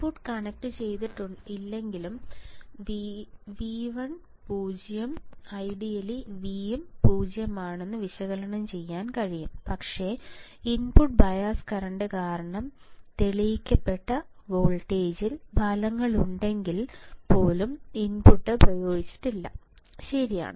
input കണക്റ്റുചെയ്തിട്ടില്ലെങ്കിൽ VI0 ideally V0 ആണെന്ന് വിശകലനം ചെയ്യാൻ കഴിയും പക്ഷേ ഇൻപുട്ട് ബയസ് കറൻറ് കാരണം തെളിയിക്കപ്പെട്ട വോൾട്ടേജിൽ ഫലങ്ങളുണ്ടെങ്കിൽ പോലും ഇൻപുട്ട് പ്രയോഗിച്ചിട്ടില്ല ശരിയാണ്